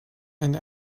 and